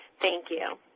thank you.